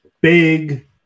big